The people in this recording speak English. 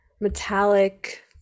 metallic